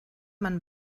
man